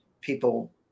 people